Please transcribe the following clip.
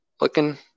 looking